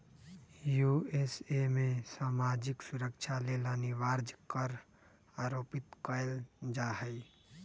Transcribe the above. USA में सामाजिक सुरक्षा लेल अनिवार्ज कर आरोपित कएल जा हइ